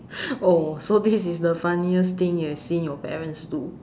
oh so this is the funniest thing you have seen your parents do